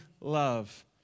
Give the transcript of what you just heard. love